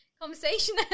conversation